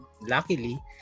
luckily